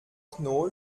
knoll